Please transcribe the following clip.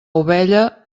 ovella